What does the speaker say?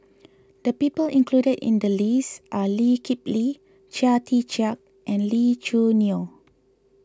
the people included in the list are Lee Kip Lee Chia Tee Chiak and Lee Choo Neo